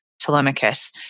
Telemachus